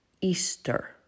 Easter